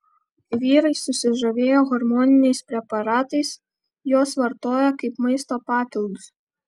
vyrai susižavėję hormoniniais preparatais juos vartoja kaip maisto papildus